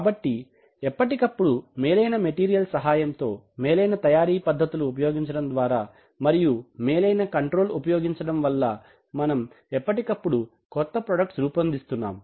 కాబట్టి ఎప్పటికప్పుడు మేలైన మెటీరియల్ సహాయంతో మేలైన తయారీ పద్ధతులు ఉపయోగించడం ద్వారా మరియు మేలైన కంట్రోల్ ఉపయోగించడం వల్ల మనం ఎప్పటికప్పుడు కొత్త ప్రొడక్ట్స్ రూపొందిస్తున్నాం